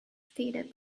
stated